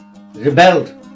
rebelled